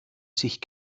sich